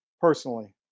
personally